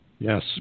Yes